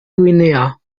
guinea